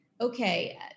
okay